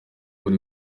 buri